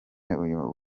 uyu